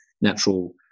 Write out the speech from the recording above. natural